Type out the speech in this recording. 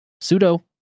Pseudo